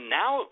now